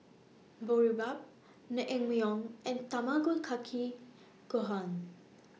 Boribap Naengmyeon and Tamago Kake Gohan